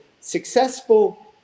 successful